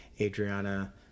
Adriana